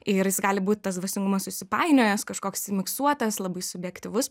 ir jis gali būt tas dvasingumas susipainiojęs kažkoks miksuotas labai subjektyvus